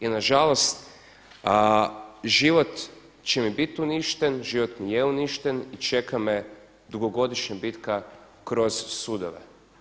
I nažalost život će mi biti uništen, život mi je uništen i čeka me dugogodišnja bitka kroz sudove.